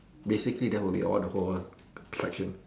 basically that would be all the whole lah attraction